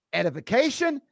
edification